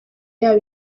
yaba